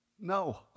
No